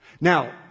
Now